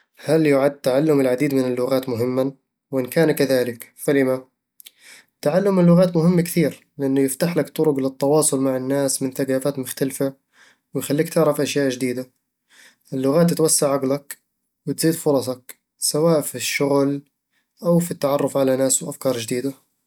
هل يُعدّ تعلم العديد من اللغات مهمًا، وإن كان كذلك، فلِمَ؟ تعلم اللغات مهم كثير، لأنه يفتح لك طرق للتواصل مع ناس من ثقافات مختلفة ويخليك تعرف أشياء جديدة اللغات توسع عقلك وتزيد فرصك سواء في الشغل أو في التعرف على ناس وأفكار جديدة